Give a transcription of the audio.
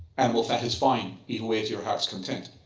animal fat is fine. eat away to your heart's content.